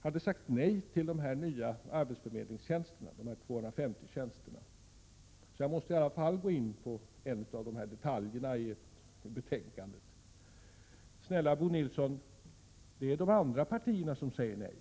hade sagt nej till de 250 nya arbetsförmedlingstjänsterna. Därför måste jag i alla fall gå in på en av detaljerna i betänkandet. Snälla Bo Nilsson! Det är de andra partierna som säger nej.